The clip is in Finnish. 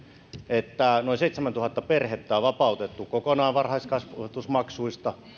että noin seitsemäntuhatta perhettä on vapautettu kokonaan varhaiskasvatusmaksuista